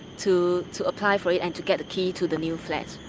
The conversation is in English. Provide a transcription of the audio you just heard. to to apply for, and to get a key to the new flat.